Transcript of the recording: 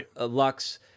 Lux